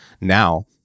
Now